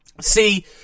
See